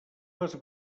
les